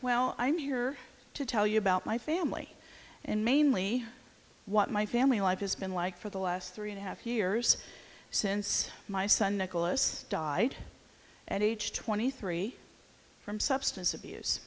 well i'm here to tell you about my family and mainly what my family life has been like for the last three and a half years since my son nicholas died at age twenty three from substance abuse